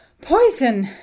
poison